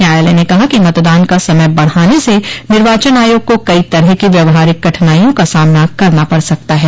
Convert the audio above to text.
न्यायालय ने कहा कि मतदान का समय बढ़ाने से निर्वाचन आयोग को कई तरह की व्यवहारिक कठिनाइया का सामना करना पड़ सकता है